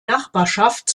nachbarschaft